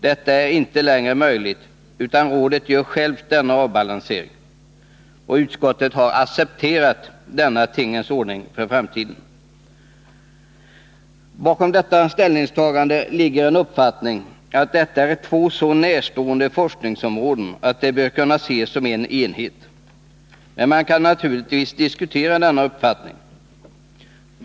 Detta är inte längre möjligt, utan rådet gör självt denna avbalansering. Utskottet har accepterat denna tingens ordning för framtiden. Bakom detta ställningstagande ligger en uppfattning, att detta är två så närstående forskningsområden att de bör kunna ses som en enhet. Men man kan naturligtvis diskutera denna uppfattning.